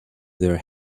their